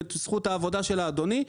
בזכות העבודה של אדוני,